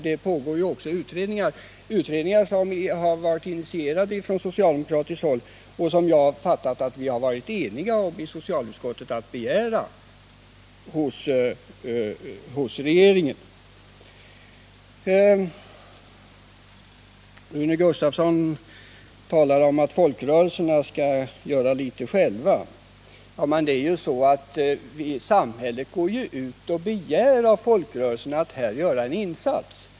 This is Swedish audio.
Det pågår också utredningar, utredningar som har initierats från socialdemokratiskt håll och som vi i socialutskottet varit eniga om att begära hos regeringen. Rune Gustavsson talar om att folkrörelserna skall göra litet själva. Men samhället begär ju av folkrörelserna att de här skall göra en insats.